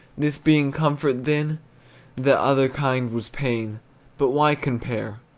this being comfort, then that other kind was pain but why compare?